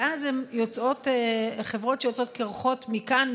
ואז החברות יוצאות קירחות מכאן,